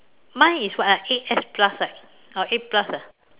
my is what ah eight S plus right or eight plus ah